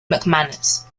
mcmanus